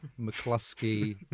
McCluskey